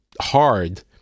hard